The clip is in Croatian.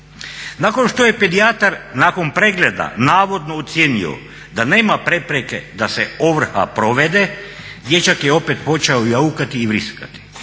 "Nakon što je pedijatar nakon pregleda navodno ocijenio da nema prepreke da se ovrha provede dječak je opet počeo jaukati i vriskati.